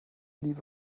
liebe